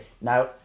Now